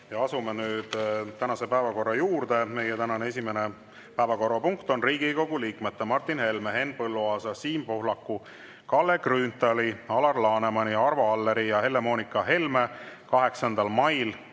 Asume nüüd tänase päevakorra juurde. Meie tänane esimene päevakorrapunkt on Riigikogu liikmete Martin Helme, Henn Põlluaasa, Siim Pohlaku, Kalle Grünthali, Alar Lanemani, Arvo Alleri ja Helle-Moonika Helme 8. mail